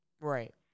Right